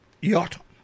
yacht